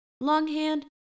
longhand